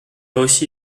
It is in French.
aussi